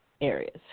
areas